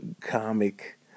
comic